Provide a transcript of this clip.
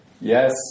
Yes